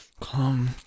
Come